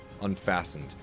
unfastened